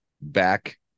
back